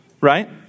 right